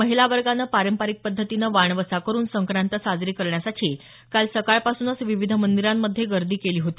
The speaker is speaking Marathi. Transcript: महिला वर्गानं पारंपरिक पद्धतीनं वाणवसा करून संक्रांत साजरी करण्यासाठी काल सकाळपासूनच विविध मंदिरांमध्ये गर्दी केली होती